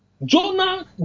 Jonah